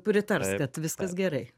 pritars kad viskas gerai